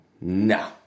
no